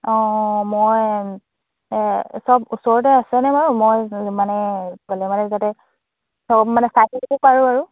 অঁ অঁ মই চব ওচৰতে আছেনে বাৰু মই মানে গ'লে মানে যাতে চব মানে চাই আহিব পাৰোঁ আৰু